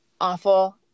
awful